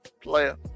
Player